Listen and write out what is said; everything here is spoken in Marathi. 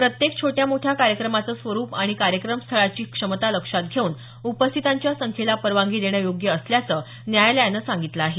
प्रत्येक छोट्या मोठ्या कार्यक्रमाचं स्वरूप आणि कार्यक्रमस्थळाची क्षमता लक्षात घेऊन उपस्थितांच्या संख्येला परवानगी देणं योग्य असल्याचं न्यायालयानं सांगितलं आहे